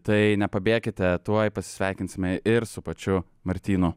tai nepabėkite tuoj pasisveikinsime ir su pačiu martynu